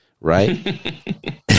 Right